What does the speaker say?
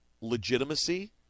legitimacy